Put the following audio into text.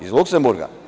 Iz Luksemburga?